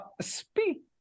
speak